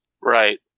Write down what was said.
Right